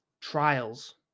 trials